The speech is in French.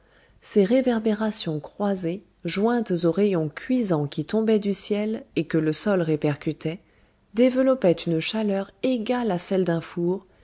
ces réverbérations croisées jointes aux rayons cuisants qui tombaient du ciel et que le sol répercutait développaient une chaleur égale à celle d'un four